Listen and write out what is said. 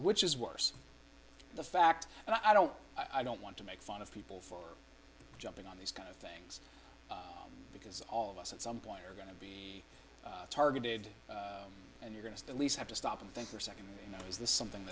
which is worse the fact and i don't i don't want to make fun of people for jumping on these kind of things because all of us at some point are going to be targeted and you're going to at least have to stop and think for a second you know is this something